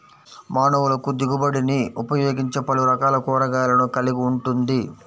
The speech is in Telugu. మానవులకుదిగుబడినిఉపయోగించేపలురకాల కూరగాయలను కలిగి ఉంటుంది